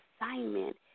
assignment